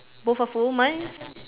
both are full mine